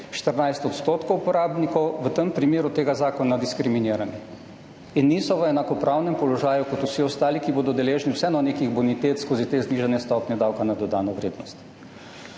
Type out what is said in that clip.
14 % uporabnikov, v tem primeru tega zakona diskriminirani in niso v enakopravnem položaju kot vsi ostali, ki bodo vseeno deležni nekih bonitet skozi te znižane stopnje davka na dodano vrednost.